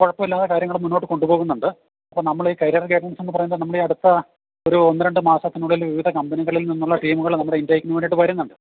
കുഴപ്പമില്ലാതെ കാര്യങ്ങൾ മുന്നോട്ട് കൊണ്ടു പോകുന്നുണ്ട് അപ്പോൾ നമ്മൾ ഈ കരിയർ ഗൈഡൻസെന്ന് പറയുന്നത് നമ്മുടെ ഈ അടുത്ത ഒരു ഒന്ന് രണ്ട് മാസത്തിനുള്ളിൽ വിവിധ കമ്പനികളിൽ നിന്നുള്ള ടീമുകൾ നമ്മുടെ ഇൻടേക്കിന് വേണ്ടിയിട്ട് വരുന്നുണ്ട്